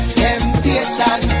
temptation